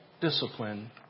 discipline